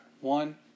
One